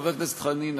חבר הכנסת חנין,